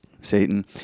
Satan